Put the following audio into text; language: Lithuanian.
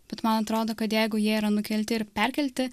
bet man atrodo kad jeigu jie yra nukelti ir perkelti